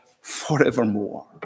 forevermore